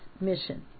mission